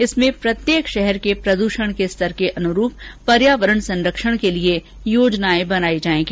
इसमें प्रत्येक शहर के प्रदूषण के स्तर के अनुरूप पर्यावरण संरक्षण के लिये योजनायें बनाई जायेगी